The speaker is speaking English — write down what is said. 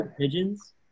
pigeons